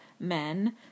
Men